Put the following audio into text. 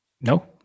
no